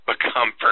become